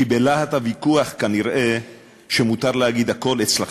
כי בלהט הוויכוח כנראה מותר להגיד הכול אצלכם.